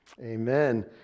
amen